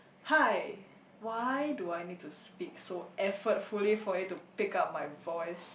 hi why do I need to speak so effortfully for it to pick up my voice